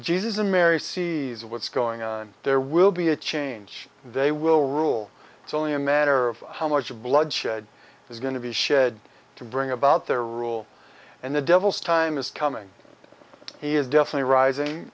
jesus and mary see the what's going on there will be a change they will rule it's only a matter of how much bloodshed is going to be shed to bring about their rule and the devil's time is coming he is definitely rising